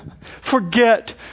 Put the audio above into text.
forget